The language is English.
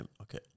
okay